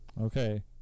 Okay